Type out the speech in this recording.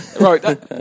Right